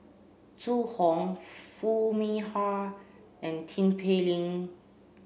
Zhu Hong Foo Mee Har and Tin Pei Ling